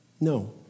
No